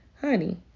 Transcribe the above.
Honey